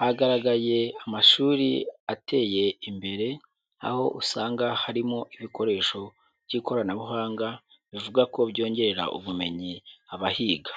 hagaragaye amashuri ateye imbere, aho usanga harimo ibikoresho by'ikoranabuhanga, bivuga ko byongerera ubumenyi abahiga.